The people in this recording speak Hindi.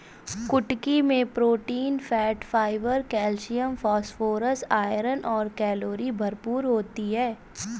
कुटकी मैं protein, fat, fibre, calcium, phosphorus, iron और कैलोरी भरपूर होती है